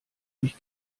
durch